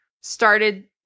started